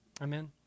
Amen